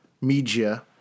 media